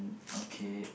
okay